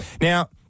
Now